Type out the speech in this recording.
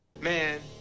Man